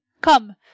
come